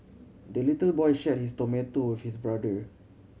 the little boy shared his tomato with his brother